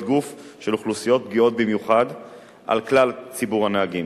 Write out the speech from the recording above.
גוף של אוכלוסיות פגיעות במיוחד על כלל ציבור הנהגים.